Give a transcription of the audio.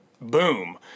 boom